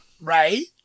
Right